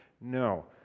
No